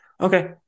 Okay